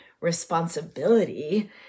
responsibility